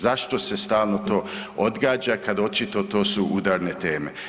Zašto se stalno to odgađa kad očito to su udarne teme?